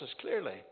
clearly